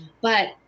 But-